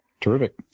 terrific